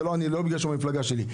לא בגלל שהוא מהמפלגה שלי.